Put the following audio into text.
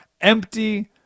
empty